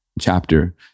chapter